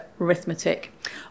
arithmetic